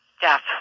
death